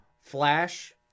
Flash